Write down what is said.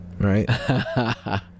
right